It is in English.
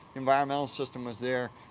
environmental system was there,